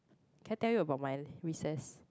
can I tell you about my recess